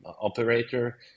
operator